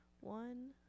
one